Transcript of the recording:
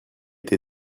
été